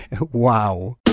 Wow